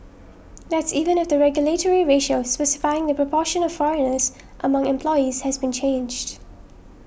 that's even if the regulatory ratio specifying the proportion of foreigners among employees has been changed